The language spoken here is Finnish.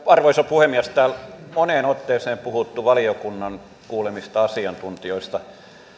arvoisa puhemies täällä on moneen otteeseen puhuttu valiokunnan kuulemista asiantuntijoista